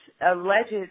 alleged